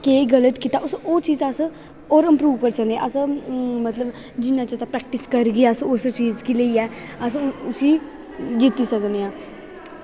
केह् गल्त कीता ओह् चीजां अस ओह् इंप्रूव करी सकने अस मतलब जिन्ना चिर प्रैक्टस करगे अस उस चीज गी लेइयै अस उस्सी जित्ती सकने आं